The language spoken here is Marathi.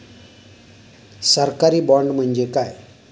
सरकारी बाँड म्हणजे काय?